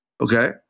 Okay